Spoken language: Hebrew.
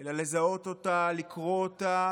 אלא לזהות אותה, לקרוא אותה